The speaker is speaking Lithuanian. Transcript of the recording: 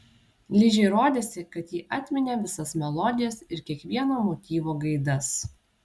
ližei rodėsi kad ji atminė visas melodijas ir kiekvieno motyvo gaidas